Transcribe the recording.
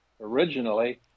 originally